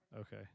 Okay